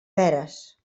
veres